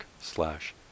slash